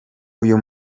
uyu